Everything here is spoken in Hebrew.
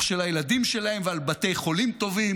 של הילדים שלהם ועל בתי חולים טובים